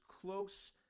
close